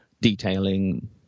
detailing